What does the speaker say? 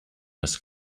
must